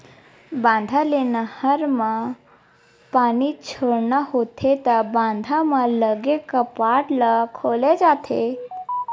बांधा ले नहर म पानी छोड़ना होथे त बांधा म लगे कपाट ल खोले जाथे